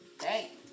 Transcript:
Hey